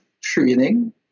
training